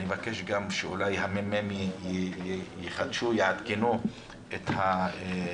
אני מבקש שאולי גם מרכז המחקר והמידע יחדש ויעדכן את הדוח